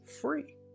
free